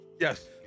Yes